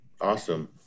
awesome